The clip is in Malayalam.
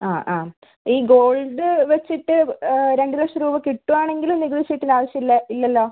അ അ ഈ ഗോൾഡ് വെച്ചിട്ട് രണ്ട് ലക്ഷം രൂപ കിട്ടുവാണെങ്കില് നികുതി ചീട്ടിൻ്റെ ആവശ്യം ഇല്ല ഇല്ലല്ലോ